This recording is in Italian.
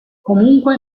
comunque